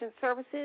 services